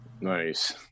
Nice